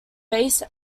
base